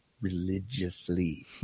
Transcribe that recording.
religiously